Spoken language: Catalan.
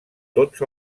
tots